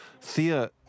Thea